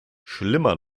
schlimmer